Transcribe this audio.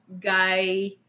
guy